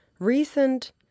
Recent